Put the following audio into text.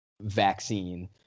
vaccine